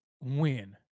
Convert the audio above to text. win